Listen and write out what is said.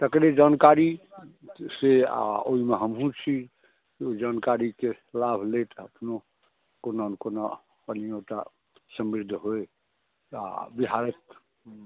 तेकरे जानकारीसे आ ओहिमे हमहुँ छी ओ जानकारीके लाभ लैत अपनो कोना ने कोना कनिओटा समृद्ध होय आ बिहारक